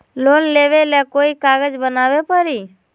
Loan लेबे ले कोई कागज बनाने परी?